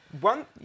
one